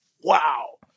wow